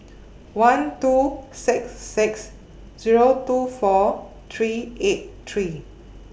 one two six six Zero two four three eight three